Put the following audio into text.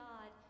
God